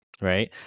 Right